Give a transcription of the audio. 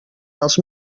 els